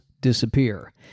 disappear